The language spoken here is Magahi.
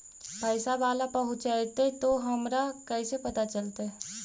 पैसा बाला पहूंचतै तौ हमरा कैसे पता चलतै?